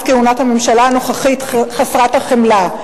תחילת כהונת הממשלה הנוכחית חסרת החמלה.